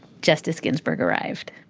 justice ginsburg arrived.